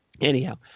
anyhow